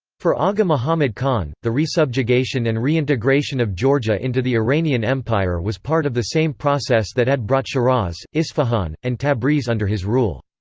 for agha mohammad khan, the resubjugation and reintegration of georgia into the iranian empire was part of the same process that had brought shiraz, isfahan, and tabriz under his rule.